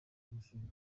umushinga